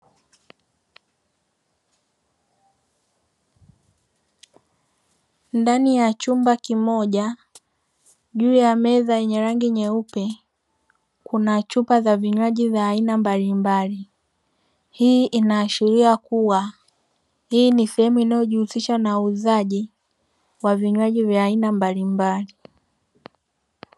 Ndani ya chumba kimoja juu ya meza yenye rangi nyeupe, kuna chupa za vinywaji za aina mbalimbali. Hii inaashiria kuwa hii ni sehemu inayojihusisha na uuzaji wa vinywaji vya aina mbalimbali.